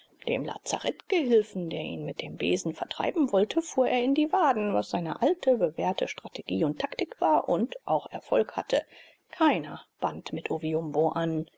dem lazarettgehilfen der ihn mit dem besen vertreiben wollte fuhr er in die waden was seine alte bewährte strategie und taktik war und auch erfolg hatte keiner band mit oviumbo an